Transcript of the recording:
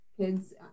kids